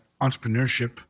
entrepreneurship